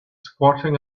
squatting